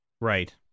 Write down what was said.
Right